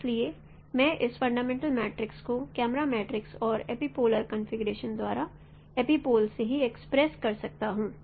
इसलिए मैं इस फंडामेंटल मैट्रिक्स को कैमरा मैट्रीस और एपिपोलर कॉन्फ़िगरेशन द्वारा एपिपोल से ही एक्सप्रेस कर सकता हूं